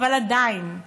אבל עדיין,